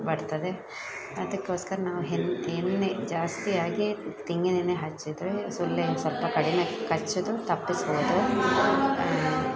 ಬರ್ತದೆ ಅದಕ್ಕೋಸ್ಕರ ನಾವು ಹೆನ್ ಎಣ್ಣೆ ಜಾಸ್ತಿಯಾಗಿ ತೆಂಗಿನೆಣ್ಣೆ ಹಚ್ಚಿದ್ರೆ ಸೊಳ್ಳೆ ಸ್ವಲ್ಪ ಕಡಿಮೆ ಕಚ್ಚೋದು ತಪ್ಪಿಸ್ಬೋದು